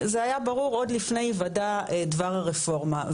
זה היה ברור עוד לפני היוודע דבר הרפורמה,